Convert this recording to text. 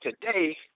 today